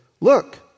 look